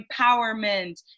empowerment